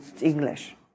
English